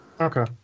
Okay